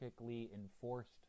enforced